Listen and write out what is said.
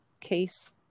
case